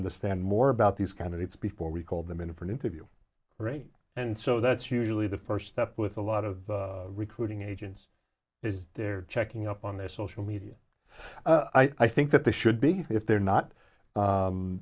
understand more about these candidates before we called them in for an interview right and so that's usually the first step with a lot of recruiting agents is there checking up on their social media i think that they should be if they're not